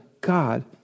God